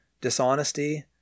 dishonesty